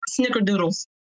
snickerdoodles